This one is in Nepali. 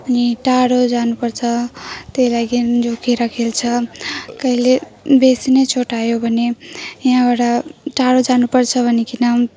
अनि टाढो जानुपर्छ त्यही लागि जोगिएर खेल्छ कहिले बेसी नै चोट आयो भने यहाँबाट टाढो जानुपर्छ भनीकन